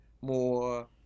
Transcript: more